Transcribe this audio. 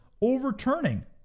overturning